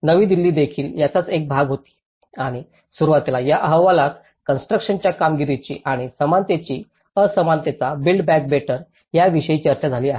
नवी दिल्ली देखील याचाच एक भाग होती आणि सुरुवातीला या अहवालात कॉन्स्ट्रुकशनाच्या कामगिरीची आणि समानतेची असमानता बिल्ड बॅक बेटर याविषयी चर्चा झाली आहे